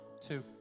two